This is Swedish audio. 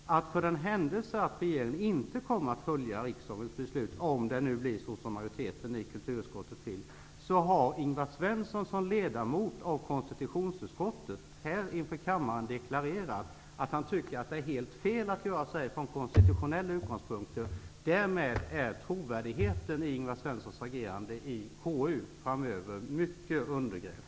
För den händelse att regeringen inte kommer att effektuera riksdagens beslut, om det nu blir sådant som majoriteten i kulturutskottet vill, kan vi konstatera att Ingvar Svensson som ledamot av konstitutionsutskottet inför kammaren har deklarerat att han från konstitutionella utgångspunkter tycker att det är helt fel att göra så här. Därmed är trovärdigheten i Ingvar Svenssons agerande i konstitutionsutskottet framöver starkt undergrävt.